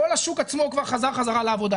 כל השוק עצמו כבר חזר לעבודה,